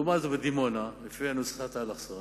לעומת זאת, בדימונה, לפי נוסחת האלכסון,